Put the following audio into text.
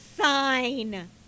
sign